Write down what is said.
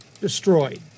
destroyed